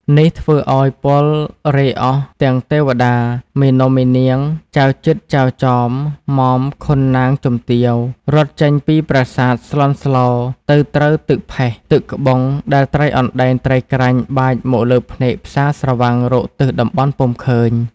នេះធ្វើឱ្យពលរេហ៍អស់ ទាំងទេវតា មេនំ មេនាង ចៅជិត ចៅចម ម៉ម ខុនណាងជំទាវ រត់ចេញពីប្រាសាទ ស្លន់ស្លោទៅត្រូវទឹកផេះ ទឹកក្បុងដែលត្រីអណ្តែងត្រីក្រាញ់បាចមកលើភ្នែកផ្សាស្រវាំងរកទិសតំបន់ពុំឃើញ។